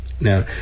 Now